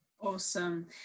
Awesome